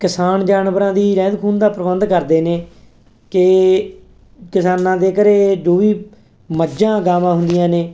ਕਿਸਾਨ ਜਾਨਵਰਾਂ ਦੀ ਰਹਿੰਦ ਖੂੰਹਦ ਦਾ ਪ੍ਰਬੰਧ ਕਰਦੇ ਨੇ ਕਿ ਕਿਸਾਨਾਂ ਦੇ ਘਰ ਜੋ ਵੀ ਮੱਝਾਂ ਗਾਵਾਂ ਹੁੰਦੀਆਂ ਨੇ